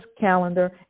calendar